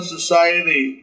Society